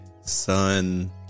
son